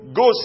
go